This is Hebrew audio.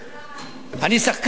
שחקן.